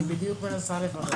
אני בדיוק מנסה לברר.